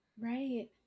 right